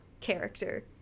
character